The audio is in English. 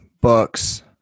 books